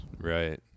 Right